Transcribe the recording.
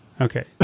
Okay